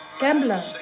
Gambler